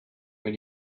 when